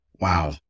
wow